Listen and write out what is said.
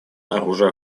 оружия